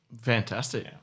Fantastic